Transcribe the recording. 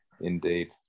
indeed